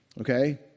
okay